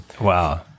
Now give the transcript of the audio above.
Wow